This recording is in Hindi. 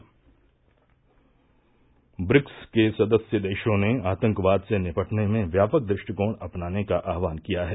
ले में भे भ प्रिक्स के सदस्य देशों ने आतंकवाद से निपटने में व्यापक दृष्टिकोण अपनाने का आस्वान किया है